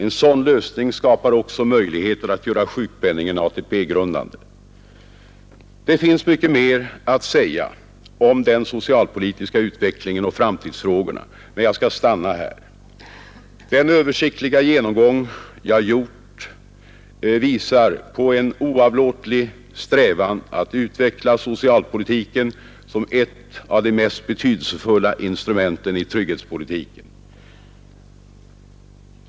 En sådan lösning skapar också möjligheter att göra sjukpenningen ATP-grundande. Det finns mycket mer att säga om den socialpolitiska utvecklingen och framtidsfrågorna, men jag skall stanna här. Den översiktliga genomgång jag gjort visar på en oavlåtlig strävan att utveckla socialpolitiken som ett av de mest betydelsefulla instrumenten i trygghetspolitiken.